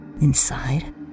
Inside